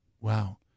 Wow